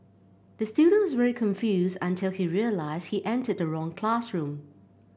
the student was very confused until he realised he entered the wrong classroom